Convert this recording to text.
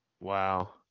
Wow